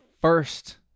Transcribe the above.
first